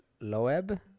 loeb